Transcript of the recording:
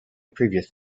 previous